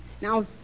Now